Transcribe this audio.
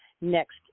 next